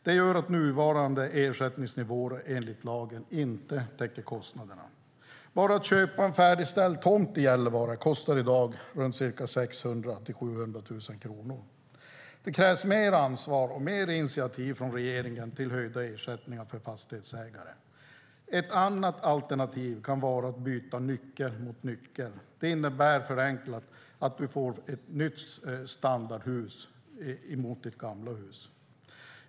Det gör att nuvarande ersättningsnivåer enligt lagen inte täcker kostnaderna - bara att köpa en färdigställd tomt i Gällivare kostar i dag 600 000-700 000 kronor. Det krävs mer ansvar och mer initiativ från regeringen till höjda ersättningar för fastighetsägare. Ett alternativ kan vara att byta nyckel mot nyckel. Det innebär förenklat att du får ett nytt standardhus i utbyte mot ditt gamla hus.